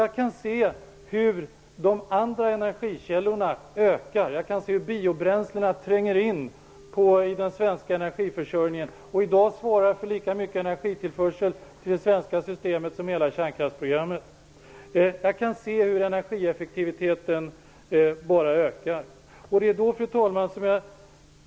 Jag kan se hur de andra energikällornas andel ökar. Biobränslerna tränger in i den svenska energiförsörjningen och svarar i dag för lika stor energitillförsel till det svenska systemet som hela kärnkraftsprogrammet. Jag kan se hur energieffektiviteten ökar.